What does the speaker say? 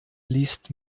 liest